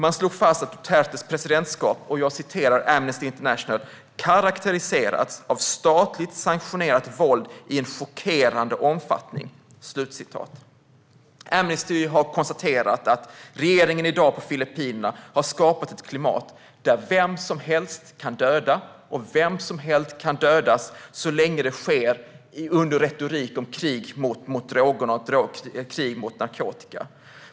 Amnesty International slog fast att Dutertes presidentskap karakteriserats av statligt sanktionerat våld i en chockerande omfattning. Amnesty har konstaterat att regeringen i Filippinerna i dag har skapat ett klimat där vem som helst kan döda och vem som helst kan dödas så länge det sker under retorik om krig mot drogerna och narkotika.